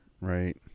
Right